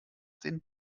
den